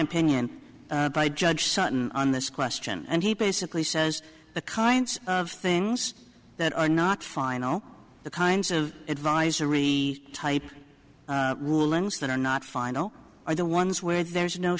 opinion by judge sutton on this question and he basically says the kinds of things that are not final the kinds of advisory type rulings that are not final are the ones where there is no